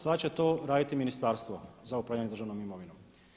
Sada će to raditi Ministarstvo za upravljanje državnom imovinom.